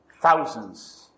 thousands